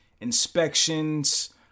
inspections